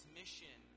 mission